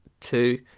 two